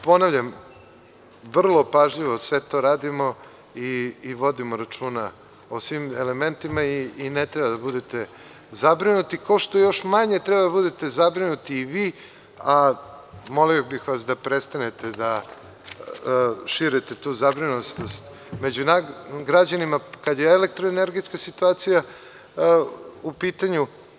Ponavljam, vrlo pažljivo sve to radimo i vodimo računa o svim elementima i ne treba da budete zabrinuti, kao što još manje treba da budete zabrinuti i vi, a molio bih vas da prestanete da širite tu zabrinutost među građanima, kada je elektroenergetska situacija u pitanju.